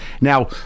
now